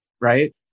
Right